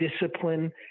discipline